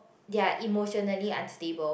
they are emotionally unstable